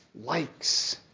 likes